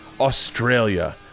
Australia